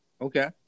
Okay